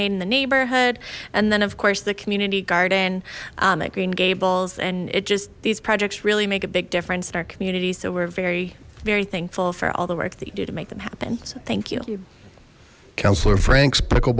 made in the neighborhood and then of course the community garden at green gables and it just these projects really make a big difference in our community so we're very very thankful for all the work that you do to make them happen so thank you